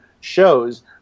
shows